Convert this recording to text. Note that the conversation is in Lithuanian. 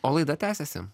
o laida tęsiasi